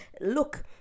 Look